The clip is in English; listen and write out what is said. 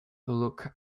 look